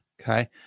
okay